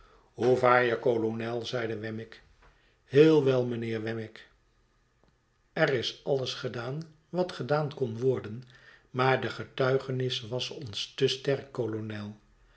hoe vaar je kolonel zeide wemmick heel wel mijnheer wemmick er is alles gedaan wat gedaan kon worden maar de getuigenis was ons te sterk kolonel